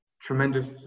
tremendous